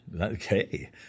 okay